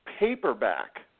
Paperback